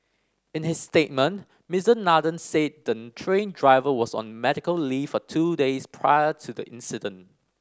in his statement Mister Nathan said the train driver was on medical leave for two days prior to the incident